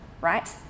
right